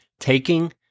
Taking